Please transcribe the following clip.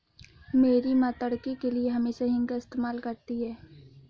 मेरी मां तड़के के लिए हमेशा हींग का इस्तेमाल करती हैं